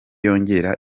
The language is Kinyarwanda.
yongera